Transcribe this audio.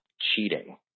cheating